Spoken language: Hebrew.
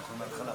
אתה יכול מהתחלה?